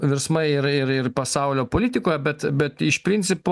virsmai ir ir ir pasaulio politikoje bet bet iš principo